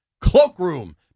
Cloakroom